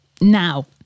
now